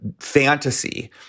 fantasy